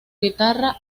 guitarra